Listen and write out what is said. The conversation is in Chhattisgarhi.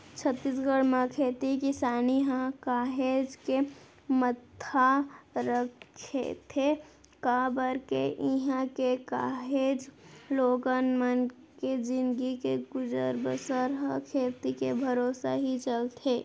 छत्तीसगढ़ म खेती किसानी ह काहेच के महत्ता रखथे काबर के इहां के काहेच लोगन मन के जिनगी के गुजर बसर ह खेती के भरोसा ही चलथे